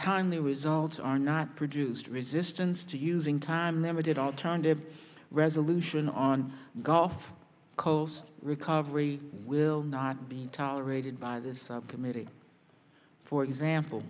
timely results are not produced resistance to using time limited alternatives resolution on gulf coast recovery will not be tolerated by this subcommittee for